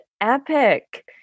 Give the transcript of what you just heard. epic